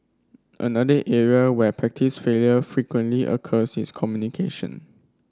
another area where practice failure frequently occurs is communication